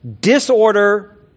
Disorder